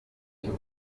cy’u